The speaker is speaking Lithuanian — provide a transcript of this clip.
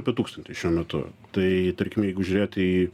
apie tūkstantį šiuo metu tai tarkim jeigu žiūrėt į